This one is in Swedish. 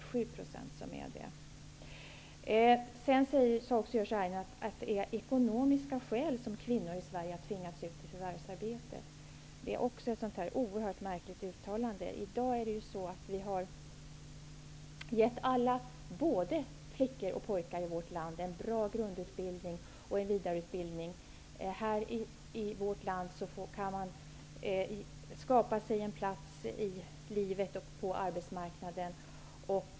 Sedan sade Jerzy Einhorn att ekonomiska skäl har tvingat kvinnor i Sverige ut i förvärvsarbete. Det är också ett oerhört märkligt uttalande. I dag ger vi både flickor och pojkar i vårt land en bra grundutbildning och en vidareutbildning. Man kan skapa sig en plats i livet och på arbetsmarknaden.